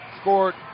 scored